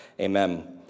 amen